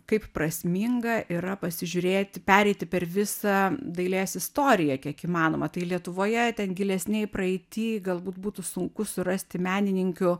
kaip prasminga yra pasižiūrėti pereiti per visą dailės istoriją kiek įmanoma tai lietuvoje ten gilesnėj praeity galbūt būtų sunku surasti menininkių